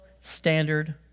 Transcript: standard